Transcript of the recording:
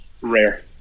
Rare